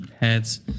heads